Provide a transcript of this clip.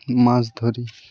মাছ ধরি